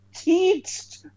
teached